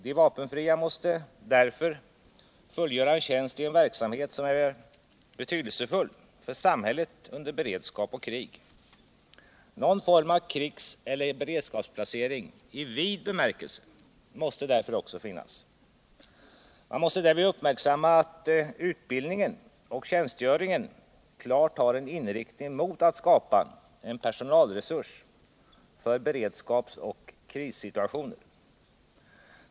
De vapenfria måste därför fullgöra tjänst i en verksamhet som är betydelsefull för samhället under beredskap och krig. Någon form av krigseller beredskapsplacering i vid bemärkelse måste därför också finnas. Man måste därvid uppmärksamma att utbildningen och tjänstgöringen klart har en inriktning mot att skapa en personalresurs för beredskapsoch krissituationer.